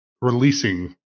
releasing